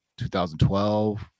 2012